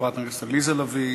חברת הכנסת עליזה לביא,